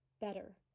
better